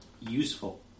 useful